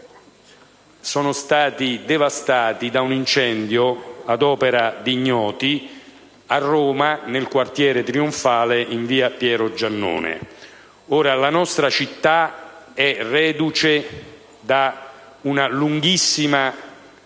sono stati devastati da un incendio ad opera di ignoti a Roma, nel quartiere Trionfale, in via Pietro Giannone. La nostra città è reduce da una campagna